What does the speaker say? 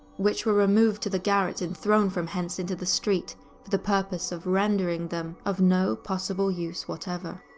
which were removed to the garret and thrown from thence into the street for the purpose of rendering them of no possible use whatever.